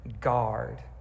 guard